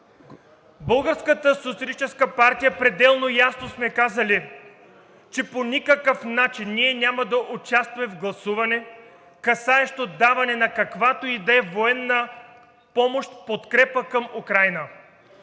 партия пределно ясно сме казали, че по никакъв начин ние няма да участваме в гласуване, касаещо даване на каквато и да е военна помощ в подкрепа към Украйна.